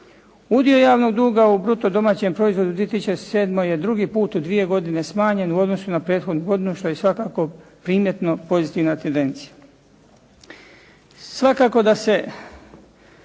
Udio javnog duga u bruto domaćem proizvodu u 2007. je drugi puta u dvije godine smanjen u odnosu na prethodnu godinu što je svakako primjetno pozitivna tendencija.